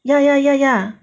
ya ya ya ya